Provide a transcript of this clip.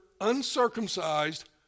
uncircumcised